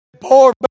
poor